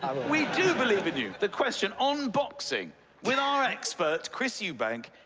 we do believe in you. the question on boxing with our expert, chris eubank,